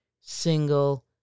single